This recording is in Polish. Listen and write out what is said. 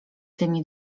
tymi